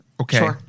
okay